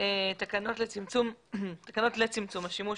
תקנות לצמצום השימוש